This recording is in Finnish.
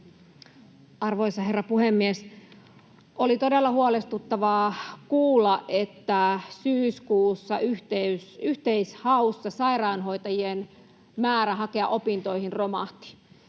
Arvoisa herra puhemies! Oli todella huolestuttavaa kuulla, että syyskuussa yhteishaussa hakijamäärä sairaanhoitajien opintoihin romahti.